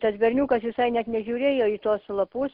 tas berniukas visai net nežiūrėjo į tuos lapus